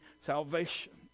salvation